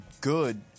good